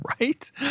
Right